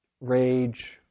rage